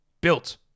built